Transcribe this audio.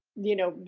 you know,